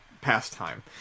pastime